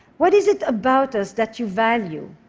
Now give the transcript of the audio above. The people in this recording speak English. what is it about us that you value?